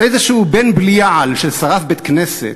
איזה בן-בליעל ששרף בית-כנסת,